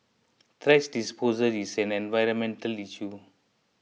thrash disposal is an environmental issue